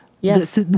Yes